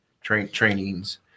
trainings